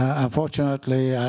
unfortunately,